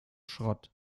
schrott